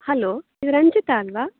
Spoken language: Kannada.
ಹಲೋ ನೀವು ರಂಜಿತಾ ಅಲ್ಲವಾ